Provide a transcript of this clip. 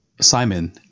Simon